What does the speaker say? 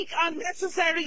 unnecessary